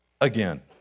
again